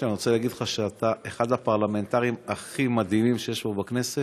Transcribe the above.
אני רוצה להגיד לך שאתה אחד הפרלמנטרים הכי מדהימים שיש פה בכנסת.